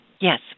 Yes